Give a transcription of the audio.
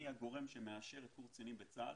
אני הגורם שמאשר את קורס הקצינים בצה"ל